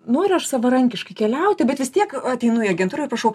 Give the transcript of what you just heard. noriu aš savarankiškai keliauti bet vis tiek ateinu į agentūrą ir prašau